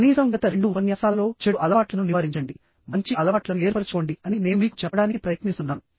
కనీసం గత రెండు ఉపన్యాసాలలో చెడు అలవాట్లను నివారించండి మంచి అలవాట్లను ఏర్పరచుకోండి అని నేను మీకు చెప్పడానికి ప్రయత్నిస్తున్నాను